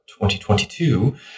2022